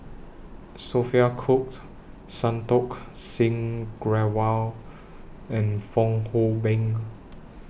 Sophia Cooke Santokh Singh Grewal and Fong Hoe Beng